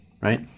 right